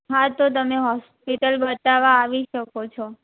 હા તો તમે હોસ્પિટલ બતાવવા આવી શકો છો